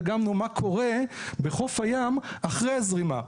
דגמנו מה קורה בחוף הים אחרי הזרימה.